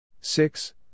Six